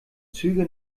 züge